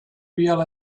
real